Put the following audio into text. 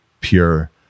pure